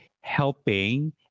helping